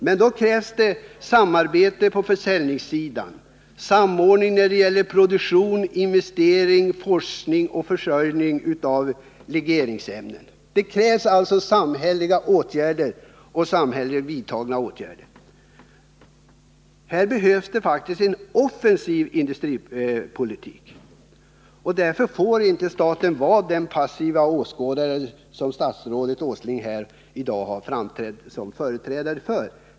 Men då krävs det samarbete på försäljningssidan, samordning när det gäller produktion, investering, forskning och försörjning av legeringsämnen. Det krävs alltså samhälleliga åtgärder. Det behövs med andra ord en offensiv industripolitik. Därför får inte staten vara den passiva åskådare som statsrådet Åsling här har framträtt som företrädare för.